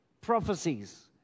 prophecies